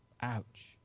Ouch